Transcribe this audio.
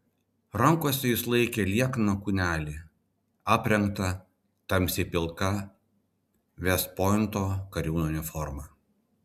rankose jis laikė liekną kūnelį aprengtą tamsiai pilka vest pointo kariūno uniforma